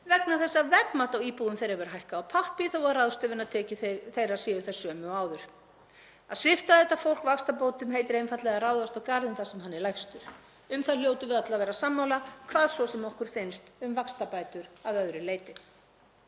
vegna þess að verðmat á íbúðum þeirra hefur hækkað á pappír þó að ráðstöfunartekjur þeirra séu þær sömu og áður. Að svipta þetta fólk vaxtabótum heitir einfaldlega að ráðast á garðinn þar sem hann er lægstur. Um það hljótum við öll að vera sammála, hvað svo sem okkur finnst um vaxtabætur að öðru leyti.